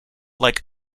like